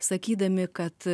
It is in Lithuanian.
sakydami kad